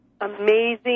amazing